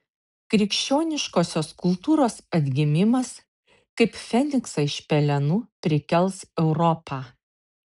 krikščioniškosios kultūros atgimimas kaip feniksą iš pelenų prikels europą